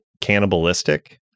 cannibalistic